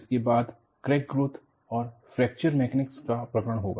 इसके बाद crack growth और फ्रैक्चर मैकेनिज्म का प्रकरण होगा